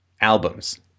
albums